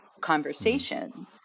conversation